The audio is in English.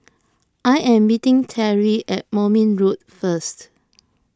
I am meeting Terry at Moulmein Road first